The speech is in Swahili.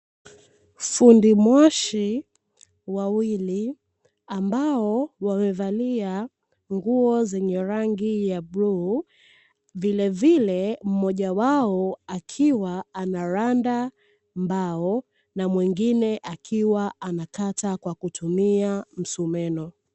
Fundi mwashi wawili ambao wamevalia nguo zenye rangi ya bluu, vilevile mmoja wao akiwa anaranda mbao, na mwingine akiwa anakata kwa kutumia msumeno.